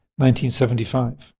1975